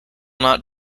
not